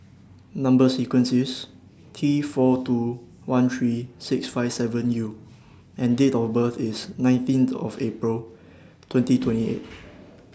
Number sequence IS T four two one three six five seven U and Date of birth IS nineteenth of April twenty twenty eight